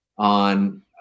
on